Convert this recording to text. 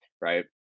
right